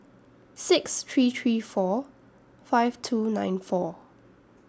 six three three four five two nine four